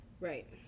Right